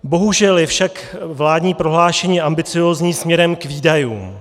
Bohužel je však vládní prohlášení ambiciózní směrem k výdajům.